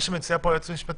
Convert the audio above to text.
מה שמציעה פה היועצת המשפטית,